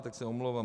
Tak se omlouvám.